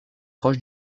proche